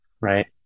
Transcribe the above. Right